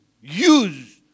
use